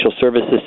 services